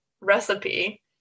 recipe